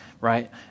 right